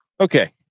Okay